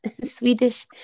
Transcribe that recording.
Swedish